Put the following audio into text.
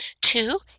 Two